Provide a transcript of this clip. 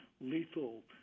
lethal